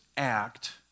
Act